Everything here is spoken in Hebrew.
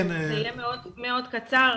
זה יהיה מאוד קצר.